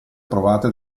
approvate